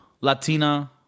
Latina